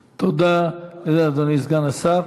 תודה, אדוני סגן השר.